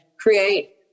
create